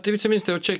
tai viceministre o čia